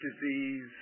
disease